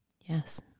Yes